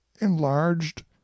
enlarged